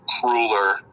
crueler